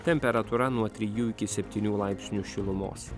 temperatūra nuo trijų iki septynių laipsnių šilumos